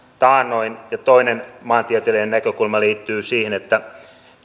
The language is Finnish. taannoin ja toinen maantieteellinen näkökulma liittyy siihen että